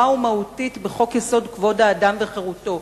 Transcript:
ומהותית בחוק-יסוד: כבוד האדם וחירותו,